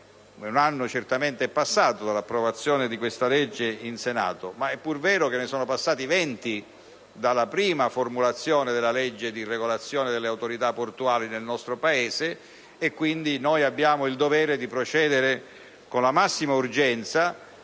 certamente è passato dall'approvazione di questo testo in Senato) ma è anche vero che ne sono passati venti dalla prima formulazione della legge di regolazione delle autorità portuali del nostro Paese. Quindi, abbiamo il dovere di procedere con la massima urgenza,